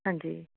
ਹਾਂਜੀ